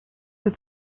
they